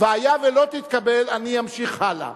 והיה ולא תתקבל, אני אמשיך הלאה.